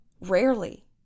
rarely